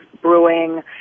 brewing